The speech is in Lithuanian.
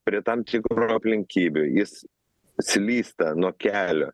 prie tam tikrų aplinkybių jis slysta nuo kelio